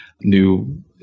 new